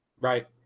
Right